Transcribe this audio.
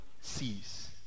sees